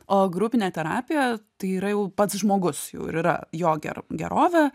o grupinė terapija tai yra jau pats žmogus jau ir yra jo ger gerovė